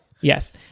Yes